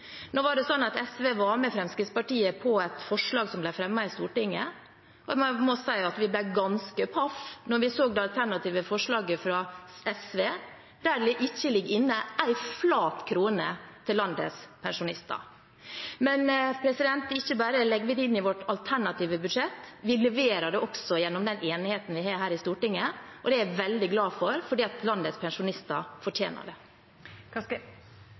Nå er det sånn at SV var med Fremskrittspartiet på et forslag som ble fremmet i Stortinget, og jeg må si at vi ble ganske paffe da vi så det alternative forslaget fra SV, der det ikke ligger inne en flat krone til landets pensjonister. Ikke bare legger vi det inn i vårt alternative budsjett, vi leverer det også gjennom den enigheten vi har her i Stortinget. Det er jeg veldig glad for, for landets pensjonister fortjener